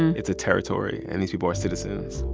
and it's a territory. and these people are citizens.